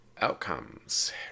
Outcomes